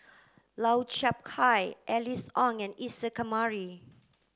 Lau Chiap Khai Alice Ong and Isa Kamari